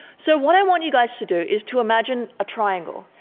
so what i want you guys to do is to imagine a triangle.